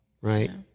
Right